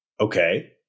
okay